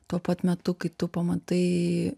tuo pat metu kaip tu pamatai